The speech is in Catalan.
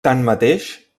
tanmateix